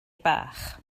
bach